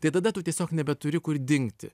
tai tada tu tiesiog nebeturi kur dingti